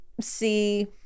see